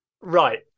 right